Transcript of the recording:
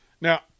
Now